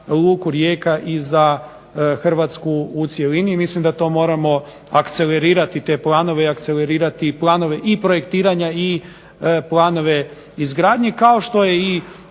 Luku Rijeka i za Hrvatsku u cjelini i mislim da to moramo akcelerirati i te planove i projektiranja i planove izgradnje, kao što je